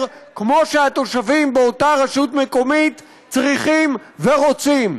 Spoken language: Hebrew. כמו שהתושבים באותה רשות מקומית צריכים ורוצים.